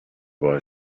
boy